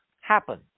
happen